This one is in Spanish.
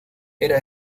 era